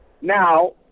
now